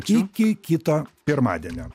iki kito pirmadienio